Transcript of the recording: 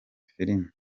filime